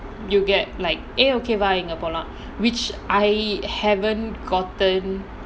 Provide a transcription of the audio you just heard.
you get like eh எங்க போலாம்:enga polaam which I haven't gotten